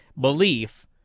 belief